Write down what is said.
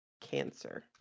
cancer